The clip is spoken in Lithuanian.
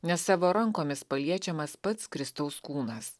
nes savo rankomis paliečiamas pats kristaus kūnas